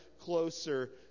closer